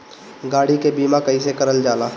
गाड़ी के बीमा कईसे करल जाला?